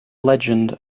legend